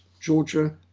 Georgia